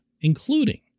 including